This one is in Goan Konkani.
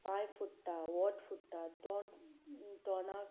पांय फुट्टात ओंठ फुट्टा तोंड तोंडाक